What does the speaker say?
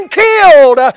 killed